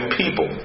people